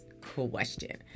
question